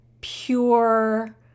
pure